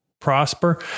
prosper